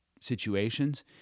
situations